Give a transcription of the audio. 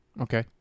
Okay